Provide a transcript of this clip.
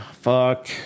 fuck